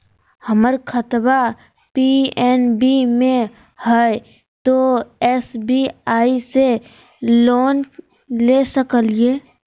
हमर खाता पी.एन.बी मे हय, तो एस.बी.आई से लोन ले सकलिए?